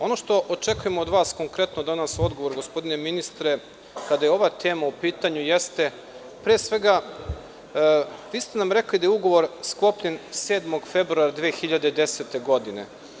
Ono što očekujemo od vas konkretno danas u odgovoru, gospodine ministre, kada je ova tema u pitanju jeste pre svega, vi ste nam rekli da je ugovor sklopljen 7. februara 2010. godine.